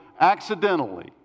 accidentally